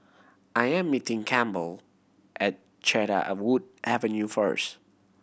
I am meeting Campbell at Cedarwood Avenue first